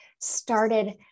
started